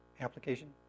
application